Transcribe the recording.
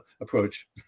approach